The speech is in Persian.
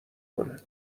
کنه